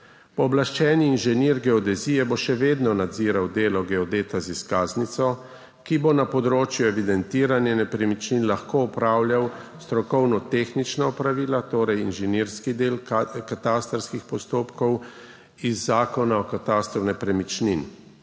Pooblaščeni inženir geodezije bo še vedno nadziral delo geodeta z izkaznico, ki bo na področju evidentiranja nepremičnin lahko opravljal strokovno-tehnična opravila, torej inženirski del katastrskih postopkov iz Zakona o katastru nepremičnin,